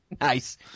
Nice